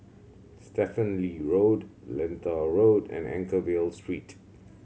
Stephen Lee Road Lentor Road and Anchorvale Street